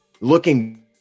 looking